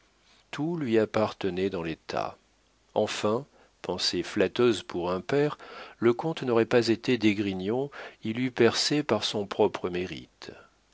tout lui appartenait dans l'état enfin pensée flatteuse pour un père le comte n'aurait pas été d'esgrignon il eût percé par son propre mérite